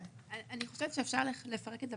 אני חושבת שאפשר לפרק את זה